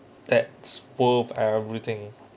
that's proof everything